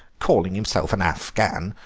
calling himself an afghan!